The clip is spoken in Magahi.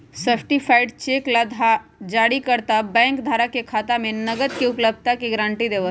सर्टीफाइड चेक ला जारीकर्ता बैंक धारक के खाता में नकद के उपलब्धता के गारंटी देवा हई